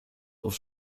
aus